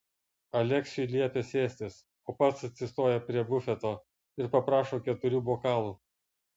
aleksiui liepia sėstis o pats atsistoja prie bufeto ir paprašo keturių bokalų